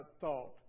thought